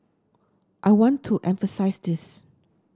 I want to emphasise this